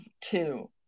two